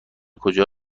کجا